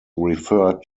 referred